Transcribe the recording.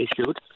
issued